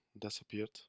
disappeared